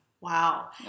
Wow